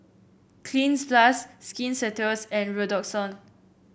Cleanz Plus Skin Ceuticals and Redoxon